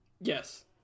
Yes